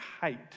hate